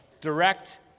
Direct